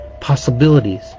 possibilities